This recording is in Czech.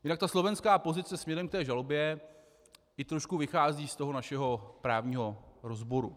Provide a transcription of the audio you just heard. Jinak slovenská pozice směrem k té žalobě i trošku vychází z toho našeho právního rozboru.